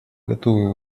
готовы